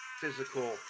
physical